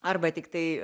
arba tiktai